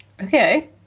okay